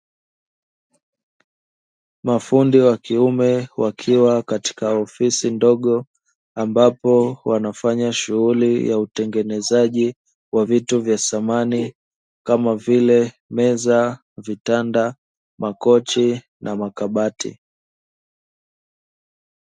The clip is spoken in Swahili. Mafundi wa kiume wakiwa katika ofisi ndogo ambapo wanafanya shughuli ya utengenezaji wa vitu vya samani kama vile: meza, vitanda na makabati.